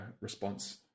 response